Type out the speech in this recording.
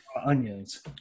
onions